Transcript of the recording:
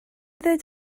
ddweud